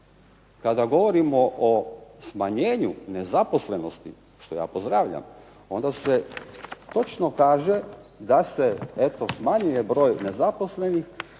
kada govorimo o smanjenju nezaposlenosti što ja pozdravlja, onda se točno kaže da se smanjuje broj nezaposlenih